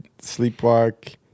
sleepwalk